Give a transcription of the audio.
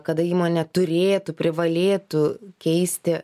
kada įmonė turėtų privalėtų keisti